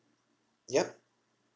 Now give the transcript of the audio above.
yup